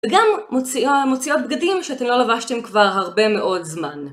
וגם מוציאות בגדים שאתם לא לבשתם כבר הרבה מאוד זמן.